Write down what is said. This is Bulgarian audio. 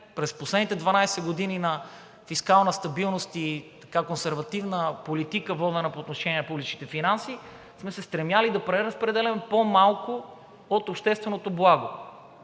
през последните 12 години на фискална стабилност и консервативна политика, водена по отношение на публичните финанси, сме се стремили да преразпределяме по-малко от общественото благо.